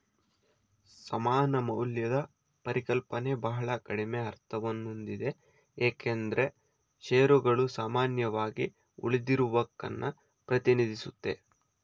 ಸಮಾನ ಮೌಲ್ಯದ ಪರಿಕಲ್ಪನೆ ಬಹಳ ಕಡಿಮೆ ಅರ್ಥವನ್ನಹೊಂದಿದೆ ಏಕೆಂದ್ರೆ ಶೇರುಗಳು ಸಾಮಾನ್ಯವಾಗಿ ಉಳಿದಿರುವಹಕನ್ನ ಪ್ರತಿನಿಧಿಸುತ್ತೆ